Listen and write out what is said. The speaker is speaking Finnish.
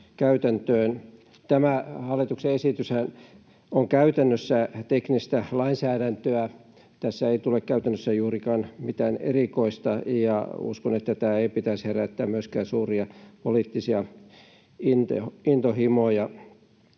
Tämä hallituksen esityshän on käytännössä teknistä lainsäädäntöä, jossa ei tule käytännössä juurikaan mitään erikoista, ja uskon, että tämän ei pitäisi herättää myöskään suuria poliittisia intohimoja.